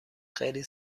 خیلی